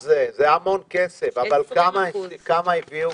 זה המון כסף אבל כמה הביאו?